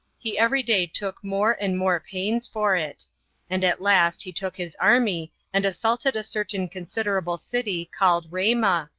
he every day took more and more pains for it and at last he took his army and assaulted a certain considerable city called ramah,